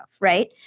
right